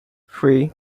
three